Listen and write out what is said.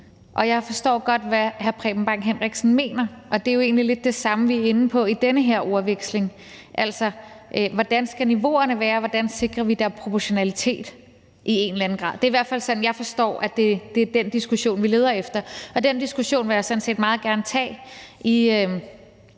og jeg forstår godt, hvad hr. Preben Bang Henriksen mener. Og det er jo egentlig lidt det samme, vi er inde på i den her ordveksling, altså hvordan niveauerne skal være, og hvordan vi sikrer, at der er en proportionalitet i en eller anden grad. Det er i hvert fald den diskussion, jeg forstår vi leder efter, og den diskussion vil jeg sådan set meget gerne tage i